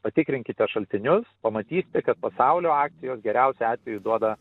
patikrinkite šaltinius pamatysite kad pasaulio akcijos geriausiu atveju duoda